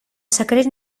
secret